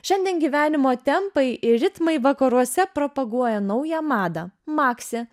šiandien gyvenimo tempai ir ritmai vakaruose propaguoja naują madą maksi